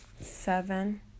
seven